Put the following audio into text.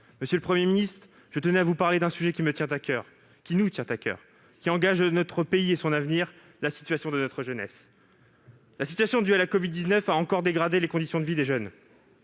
Monsieur le Premier ministre, je tenais à vous parler d'un sujet qui me tient à coeur, qui nous tient à coeur, qui engage notre pays et son avenir : la situation de notre jeunesse. La crise de la covid-19 a encore dégradé les conditions de vie des jeunes.